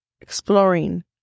exploring